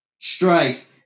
strike